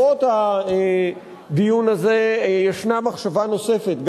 שבעקבות הדיון הזה ישנה מחשבה נוספת,